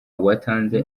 watanze